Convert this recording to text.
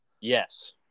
Yes